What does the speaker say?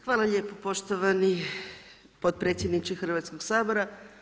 Hvala lijepo poštovani potpredsjedniče Hrvatskog sabora.